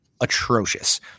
atrocious